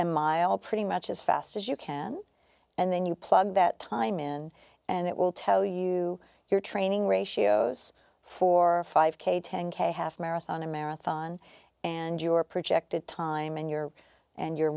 a mile pretty much as fast as you can and then you plug that time in and it will tell you your training ratios for a five k ten k half marathon a marathon and your projected time in your and you